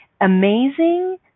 amazing